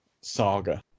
saga